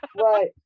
Right